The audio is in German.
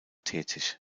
tätig